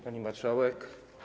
Pani Marszałek!